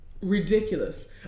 ridiculous